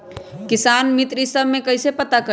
किसान मित्र ई सब मे कईसे पता करी?